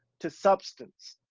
to substance,